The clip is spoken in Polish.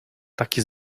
takie